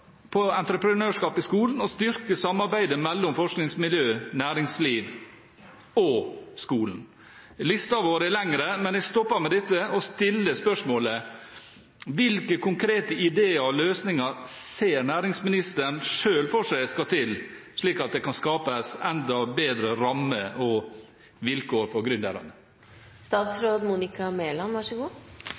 på entreprenørskap i skolen og styrke samarbeidet mellom forskningsmiljø, næringsliv og skolen. Listen vår er lengre, men jeg stopper med dette og stiller spørsmålet: Hvilke konkrete ideer og løsninger ser næringsministeren selv for seg skal til, slik at det kan skapes enda bedre rammer og vilkår for